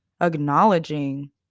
acknowledging